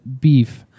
beef